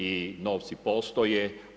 I novci postoje.